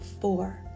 four